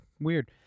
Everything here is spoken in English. weird